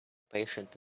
patient